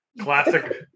classic